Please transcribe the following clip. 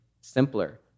simpler